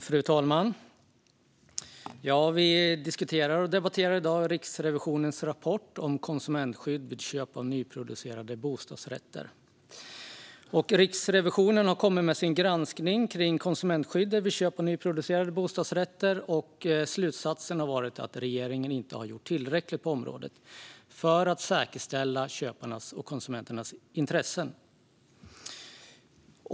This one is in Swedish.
Fru talman! Vi diskuterar och debatterar i dag Riksrevisionens rapport om konsumentskydd vid köp av nyproducerade bostadsrätter. Riksrevisionen har kommit med sin granskning av konsumentskyddet vid köp av nyproducerade bostadsrätter. Slutsatsen är att regeringen inte har gjort tillräckligt på området för att säkerställa köparnas och konsumenternas intressen.